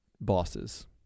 bosses